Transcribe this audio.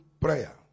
prayer